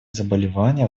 заболевания